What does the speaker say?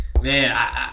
man